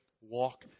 walk